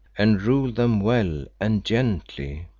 and rule them well and gently.